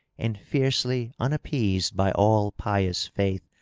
and fiercely unap peased by all pious faith,